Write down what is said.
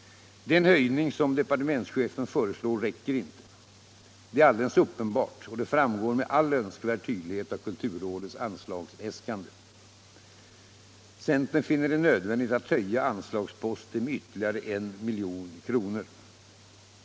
Den höjning som departementschefen föreslår räcker inte. Det är alldeles uppenbart och det framgår också med all önskvärd tydlighet av kulturrådets anslagsäskande. Centern finner det nödvändigt att höja anslagsposten med ytterligare 1 milj.kr.